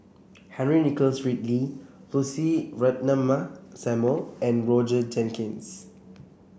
Henry Nicholas Ridley Lucy Ratnammah Samuel and Roger Jenkins